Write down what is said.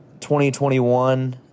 2021